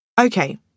Okay